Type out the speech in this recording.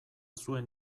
zuen